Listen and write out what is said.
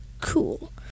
cool